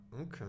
okay